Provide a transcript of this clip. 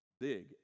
big